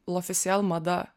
lofisiel mada